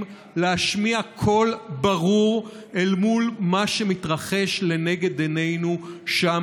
להשמיע קול ברור אל מול מה שמתרחש לנגד עינינו שם,